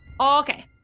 Okay